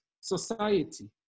society